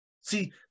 See